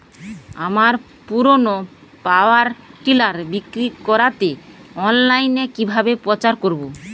আমার পুরনো power tiller বিক্রি করাতে অনলাইনে কিভাবে প্রচার করব?